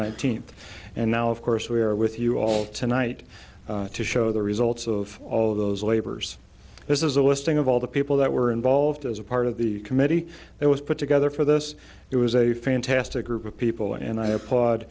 nineteenth and now of course we are with you all tonight to show the results of all of those labors this is a listing of all the people that were involved as a part of the committee that was put together for this it was a fantastic group of people and i applaud